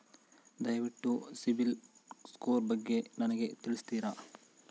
ದಯವಿಟ್ಟು ಸಿಬಿಲ್ ಸ್ಕೋರ್ ಬಗ್ಗೆ ನನಗೆ ತಿಳಿಸ್ತೀರಾ?